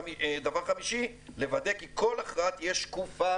דבר חמישי אני מבקש לוודא כי כל הכרעה תהיה שקופה